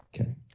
okay